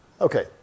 Okay